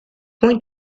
going